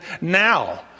now